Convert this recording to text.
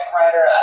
writer